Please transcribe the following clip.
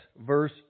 verse